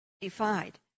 defied